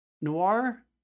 Noir